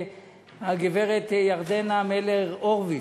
הגברת ירדנה מלר-הורוביץ,